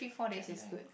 jet lag